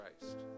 Christ